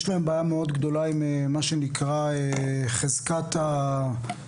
יש להם בעיה מאוד גדולה עם מה שנקרא חזקת האחריות.